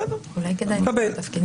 אני מקבל,